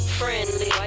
friendly